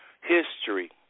History